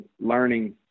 learning